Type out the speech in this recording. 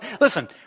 Listen